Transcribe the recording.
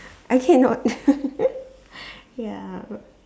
I cannot ya